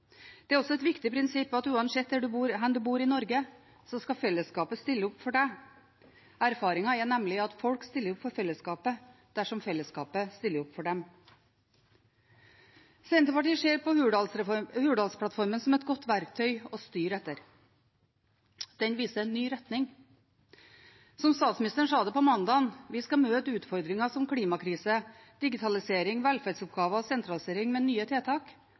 Det er også et viktig prinsipp at uansett hvor du bor i Norge, skal fellesskapet stille opp for deg. Erfaringen er nemlig at folk stiller opp for fellesskapet dersom fellesskapet stiller opp for dem. Senterpartiet ser på Hurdalsplattformen som et godt verktøy å styre etter. Den viser en ny retning. Som statsministeren sa det på mandag, skal vi møte utfordringer som klimakrise, digitalisering, velferdsoppgaver og sentralisering med nye tiltak